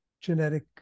genetic